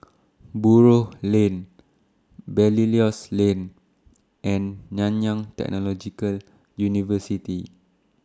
Buroh Lane Belilios Lane and Nanyang Technological University